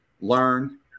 learn